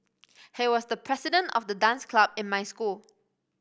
he was the president of the dance club in my school